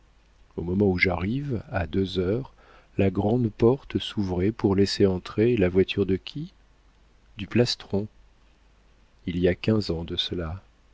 au moment où j'arrive à deux heures la grande porte s'ouvrait pour laisser entrer la voiture de qui du plastron il y a quinze ans de cela